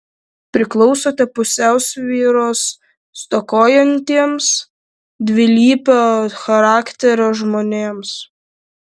priklausote pusiausvyros stokojantiems dvilypio charakterio žmonėms